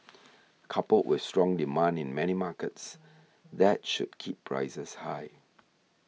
coupled with strong demand in many markets that should keep prices high